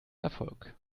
erfolg